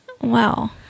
Wow